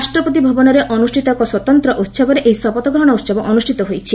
ରାଷ୍ଟ୍ରପତି ଭବନରେ ଅନୃଷ୍ଠିତ ଏକ ସ୍ୱତନ୍ତ୍ର ଉତ୍ସବରେ ଏହି ଶପଥ ଗ୍ରହଣ ଉତ୍ସବ ଅନୁଷ୍ଠିତ ହୋଇଛି